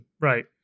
Right